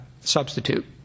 substitute